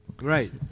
Right